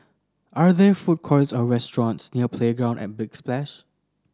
are there food courts or restaurants near Playground at Big Splash